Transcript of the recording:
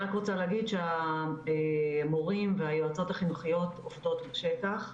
אני רוצה להגיד שהמורים והיועצות החינוכיות עובדים בשטח.